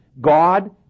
God